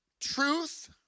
truth